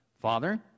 Father